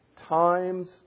times